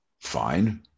Fine